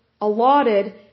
allotted